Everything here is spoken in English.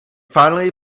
finally